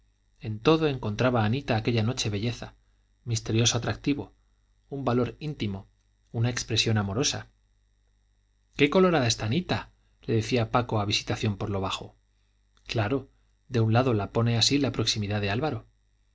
en todo encontraba anita aquella noche belleza misterioso atractivo un valor íntimo una expresión amorosa qué colorada está anita le decía paco a visitación por lo bajo claro de un lado la pone así la proximidad de álvaro